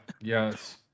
yes